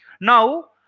now